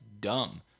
dumb